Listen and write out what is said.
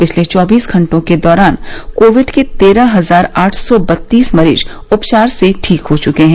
पिछले चौबीस घंटे के दौरान कोविड के तेरह हजार आठ सौ बत्तीस मरीज उपचार से ठीक हो चुके हैं